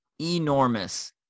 enormous